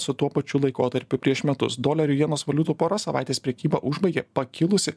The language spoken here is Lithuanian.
su tuo pačiu laikotarpiu prieš metus dolerių jienos valiutų pora savaitės prekybą užbaigė pakilusi